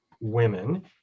women